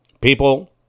People